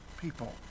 people